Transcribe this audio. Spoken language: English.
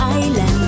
island